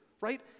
right